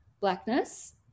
blackness